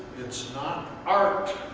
it's not art.